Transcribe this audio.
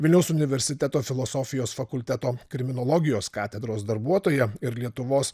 vilniaus universiteto filosofijos fakulteto kriminologijos katedros darbuotoja ir lietuvos